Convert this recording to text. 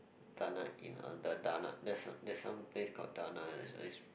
Dana inn on the Dana there's some there's some place called Dana that is is